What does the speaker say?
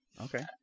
Okay